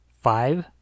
Five